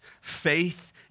faith